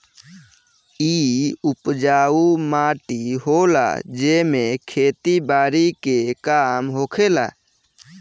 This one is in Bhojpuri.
इ उपजाऊ माटी होला जेमे खेती बारी के काम होखेला